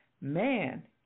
Man